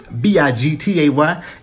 B-I-G-T-A-Y